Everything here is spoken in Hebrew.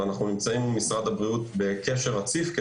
ואנחנו נמצאים עם משרד הבריאות בקשר רציף,